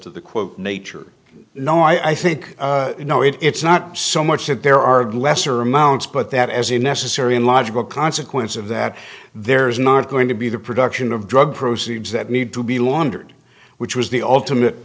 to the quote nature no i think you know it it's not so much that there are lesser amounts but that as a necessary and logical consequence of that there is not going to be the production of drug proceeds that need to be laundered which was the ultimate